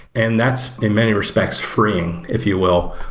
and that's in many respect freeing, if you will,